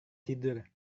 tidur